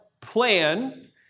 plan